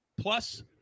plus